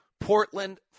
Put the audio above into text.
Portland